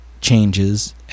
changes